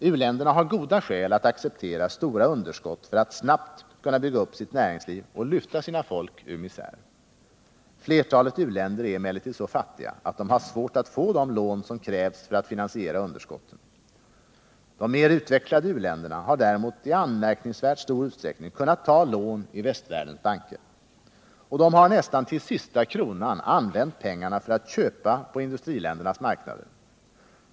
U-länderna har goda skäl att acceptera stora underskott för att snabbt kunna bygga upp sitt näringsliv och lyfta sina folk ur misär. Flertalet u-länder är emellertid så fattiga att de har svårt att få de lån som krävs för att finansiera underskotten. De mer utvecklade u-länderna har däremot i anmärkningsvärt stor utsträckning kunnat ta lån i västvärldens banker. Och de har till nästan sista kronan använt pengarna för att köpa på industriländernas marknader.